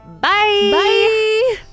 Bye